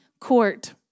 court